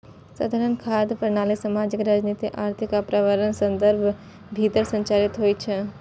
खाद्य प्रणाली सामाजिक, राजनीतिक, आर्थिक आ पर्यावरणीय संदर्भक भीतर संचालित होइ छै